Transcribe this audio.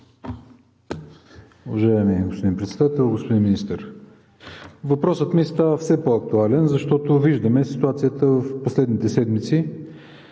Уважаеми господин Председател! Господин Министър, въпросът ми става все по-актуален, защото виждаме ситуацията през последните седмици.